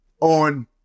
on